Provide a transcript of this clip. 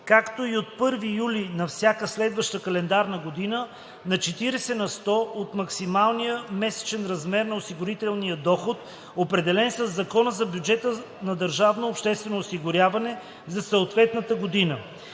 както и от 1 юли на всяка следваща календарна година – на 40 на сто от максималния месечен размер на осигурителния доход, определен със Закона за бюджета на държавното обществено осигуряване за съответната година.“